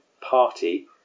party